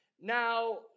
Now